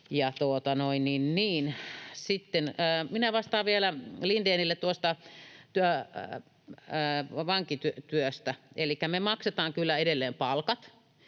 minä vastaan vielä Lindénille vankityöstä. Elikkä me maksetaan kyllä edelleen palkat,